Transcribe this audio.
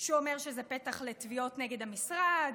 אומר שזה פתח לתביעות נגד המשרד,